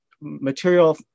material